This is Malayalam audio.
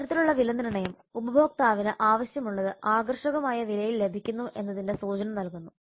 ഇത്തരത്തിലുള്ള വിലനിർണ്ണയം ഉപഭോക്താവിന് ആവശ്യമുള്ളത് ആകർഷകമായ വിലയിൽ ലഭിക്കുന്നു എന്നതിന്റെ സൂചന നൽകുന്നു